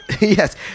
Yes